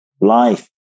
life